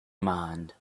mind